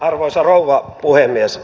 arvoisa rouva puhemies